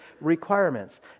requirements